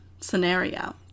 scenario